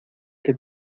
que